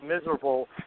miserable